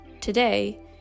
Today